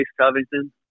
Covington